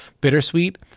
bittersweet